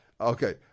okay